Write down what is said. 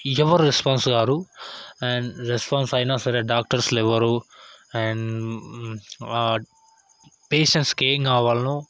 ఎవ్వరు రెస్పాన్స్ కారు and response అయినా సరే డాక్టర్స్ ఎవరు అండ్ పేషంట్స్కి ఏమి కావాలనో